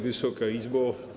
Wysoka Izbo!